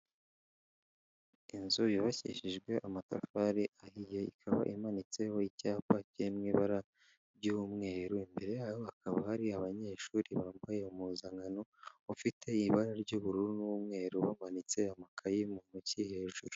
Inzu yubakishijwe amatafari ahiye, ikaba imanitseho icyapa kiri mu ibara ry'umweru, imbere yaho hakaba hari abanyeshuri bambaye impuzankano, ifite ibara ry'ubururu n'umweru, bamanitse amakayi mu ntoki hejuru.